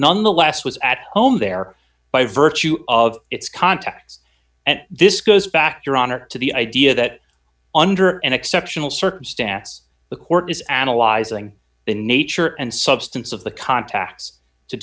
nonetheless was at home there by virtue of its context and this goes back your honor to the idea that under an exceptional circumstance the court is analyzing the nature and substance of the contacts to